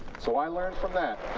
so i learned from that.